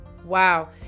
Wow